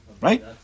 right